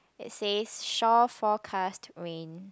it's say shore forecast rain